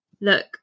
look